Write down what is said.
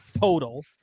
total